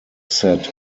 set